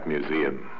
Museum